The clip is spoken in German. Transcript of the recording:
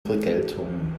vergeltung